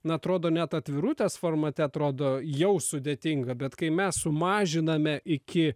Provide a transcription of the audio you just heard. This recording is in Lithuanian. na atrodo net atvirutės formate atrodo jau sudėtinga bet kai mes sumažiname iki